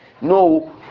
No